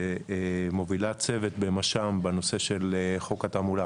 שמובילה צוות במש"מ בנושא של חוק התעמולה,